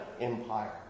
Empire